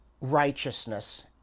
righteousness